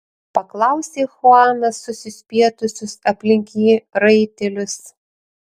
paklausė chuanas susispietusius aplink jį raitelius